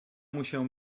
musiał